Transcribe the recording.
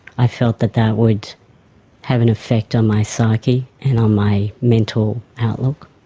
i felt that that would have an effect on my psyche and on my mental outlook,